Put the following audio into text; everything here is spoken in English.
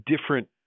different